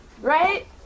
Right